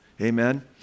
amen